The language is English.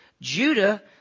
Judah